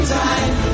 time